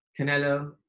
canelo